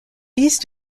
these